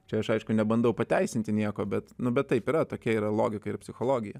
čia aš aišku nebandau pateisinti nieko bet nu bet taip yra tokia yra logika ir psichologija